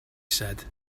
said